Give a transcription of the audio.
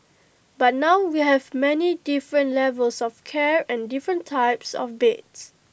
but now we have many different levels of care and different types of beds